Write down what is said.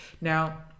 Now